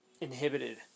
inhibited